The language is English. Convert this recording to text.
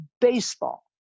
baseball